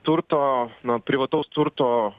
turto na privataus turto